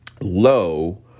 low